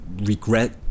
regret